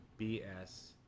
BS